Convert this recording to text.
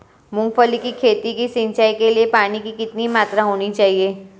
मूंगफली की खेती की सिंचाई के लिए पानी की कितनी मात्रा होनी चाहिए?